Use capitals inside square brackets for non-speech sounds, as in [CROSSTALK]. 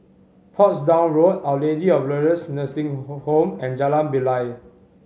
Portsdown Road Our Lady of Lourdes Nursing [UNINTELLIGIBLE] Home and Jalan Bilal